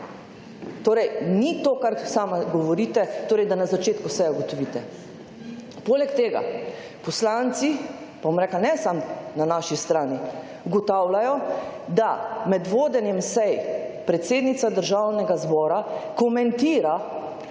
Torej, ni to kar sama govorite, torej, da na začetku seje ugotovite. Poleg tega, poslanci, pa bom rekla, ne samo na naši strani, ugotavljajo, da med vodenjem sej predsednica Državnega zbora komentira